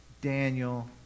Daniel